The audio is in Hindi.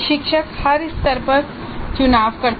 शिक्षक हर स्तर पर चुनाव करता है